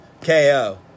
KO